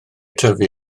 tyfu